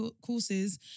courses